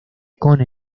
con